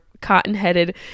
cotton-headed